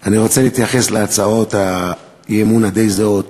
אני רוצה להתייחס להצעות האי-אמון הדי-זהות